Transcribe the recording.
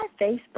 Facebook